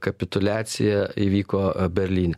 kapituliacija įvyko berlyne